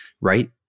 right